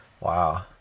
Wow